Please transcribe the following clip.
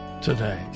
today